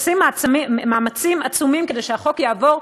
הם עושים מאמצים עצומים כדי שהחוק יעבור.